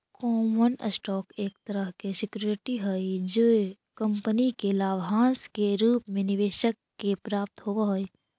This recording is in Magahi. कॉमन स्टॉक एक तरह के सिक्योरिटी हई जे कंपनी के लाभांश के रूप में निवेशक के प्राप्त होवऽ हइ